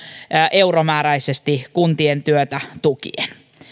euromääräisesti kuntien työtä tukien